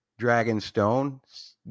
Dragonstone